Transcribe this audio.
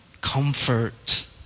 comfort